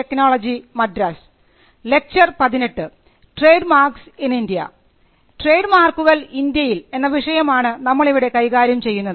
trade മാർക്കുകൾ ഇന്ത്യയിൽ എന്ന വിഷയമാണ് നമ്മളിവിടെ കൈകാര്യം ചെയ്യുന്നത്